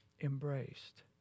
embraced